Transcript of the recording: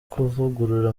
kuvugurura